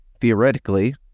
Theoretically